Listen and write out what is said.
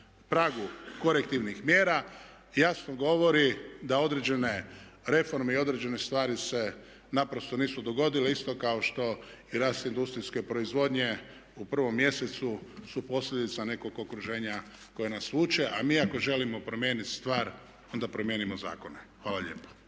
pragu korektivnih mjera jasno govori da određene reforme i određene stvari se naprosto nisu dogodile isto kao što i rast industrijske proizvodnje u prvom mjesecu su posljedica nekog okruženja koje nas vuče. A mi ako želimo promijeniti stvar onda promijenimo zakone. Hvala lijepa.